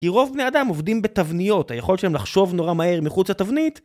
כי רוב בני אדם עובדים בתבניות, היכולת שלהם לחשוב נורא מהר מחוץ לתבנית